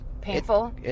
Painful